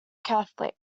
catholic